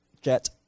jet